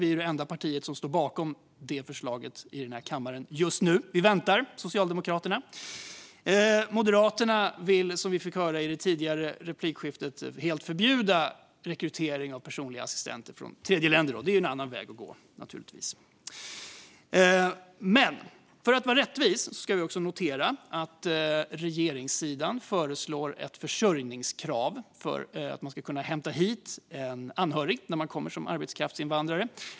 Vi är det enda parti här i kammaren som står bakom detta förslag just nu. Vi väntar på Socialdemokraterna. Moderaterna vill, som vi fick höra i det tidigare replikskiftet, helt förbjuda rekrytering av personliga assistenter från tredjeländer, och det är naturligtvis en annan väg man kan gå. För att vara rättvis noterar jag att regeringssidan föreslår ett försörjningskrav för att man ska kunna hämta hit en anhörig när man kommer som arbetskraftsinvandrare.